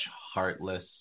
heartless